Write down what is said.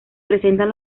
presentan